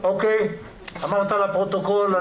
דבריך נשמעו ונרשמו בפרוטוקול.